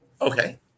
Okay